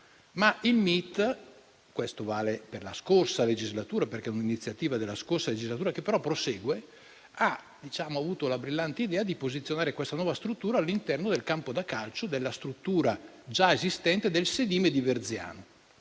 ma il MIT - questo vale per la passata legislatura, a cui risale l'iniziativa, che però prosegue - ha avuto la brillante idea di posizionare questa nuova struttura all'interno del campo da calcio della struttura già esistente del sedime di Verziano.